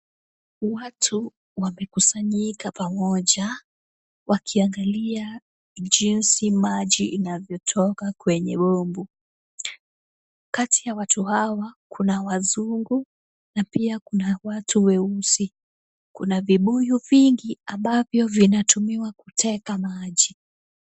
Watu wamekusanyika pamoja wakiangalia jinsi maji inavyotoka kwenye bomba. Kati ya watu hawa kuna wazungu na pia kuna watu weusi. Kuna vibuyu vingi ambavyo vinatumiwa kuteka maji.